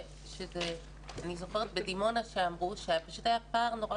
אני זוכרת בדימונה שאמרו שפשוט היה פער נורא